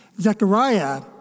Zechariah